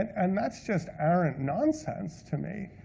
and that's just arrant nonsense to me.